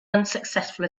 unsuccessful